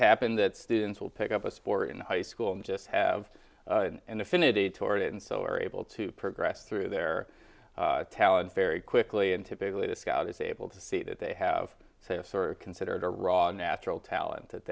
happen that students will pick up a sport in high school and just have an affinity toward it and so are able to progress through their talent very quickly and typically the scout is able to see that they have to have sort of considered a raw natural talent that